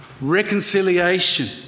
reconciliation